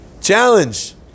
Challenge